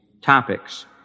topics